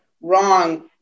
wrong